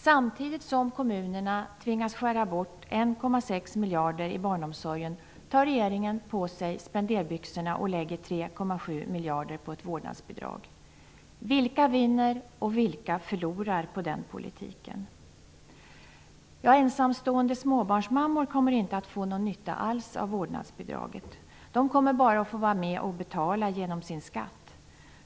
Samtidigt som kommunerna tvingas skära bort 1,6 miljard i barnomsorgen tar regeringen på sig spenderbyxorna och lägger 3,7 miljarder på ett vårdnadsbidrag. Vilka vinner och vilka förlorar på den politiken? Ensamstående småbarnsmammor kommer inte att få någon nytta alls av vårdnadsbidraget. De kommer bara att få vara med och betala genom sin skatt.